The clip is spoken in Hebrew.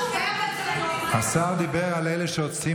לא עושים